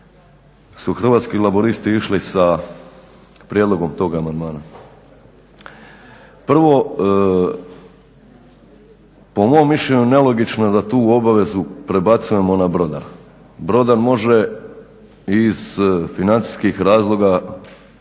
su Hrvatski laburisti išli sa prijedlogom toga amandmana. Prvo, po mom mišljenju nelogično da tu obavezu prebacujemo na brodar. Brodar može iz financijskih razloga